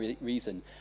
reason